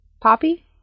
Poppy